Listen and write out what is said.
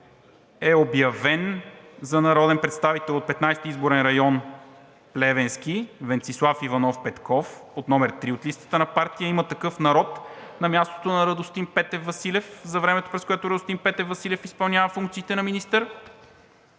е обявен за народен представител от Петнадесети изборен район – Плевенски, Венцислав Иванов Петков под № 3 от листата на партия „Има такъв народ“, на мястото на Радостин Петев Василев за времето, през което Радостин Петев Василев изпълнява функциите на министър;